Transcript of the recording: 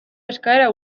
eskaera